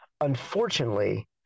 unfortunately